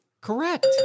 correct